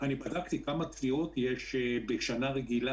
בדקתי כמה תביעות משפטיות יש בשנה רגילה